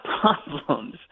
problems